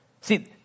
see